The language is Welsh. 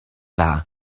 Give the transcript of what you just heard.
dda